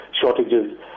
shortages